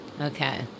okay